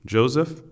Joseph